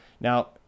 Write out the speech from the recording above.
Now